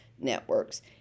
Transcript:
networks